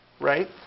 right